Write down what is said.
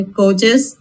coaches